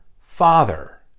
Father